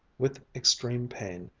with extreme pain,